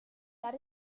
that